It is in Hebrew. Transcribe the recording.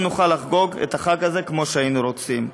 נוכל לחגוג את החג הזה כמו שהיינו רוצים.